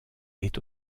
est